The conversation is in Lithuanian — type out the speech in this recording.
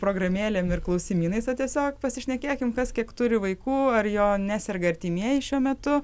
programėlėm ir klausimynais tiesiog pasišnekėkim kas kiek turi vaikų ar jo neserga artimieji šiuo metu